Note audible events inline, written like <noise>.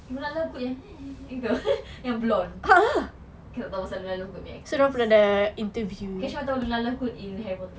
luna lovegood yang <laughs> gitu <laughs> yang blonde kita tak tahu pasal luna lovegood punya actress aku cuma tahu luna lovegood in harry potter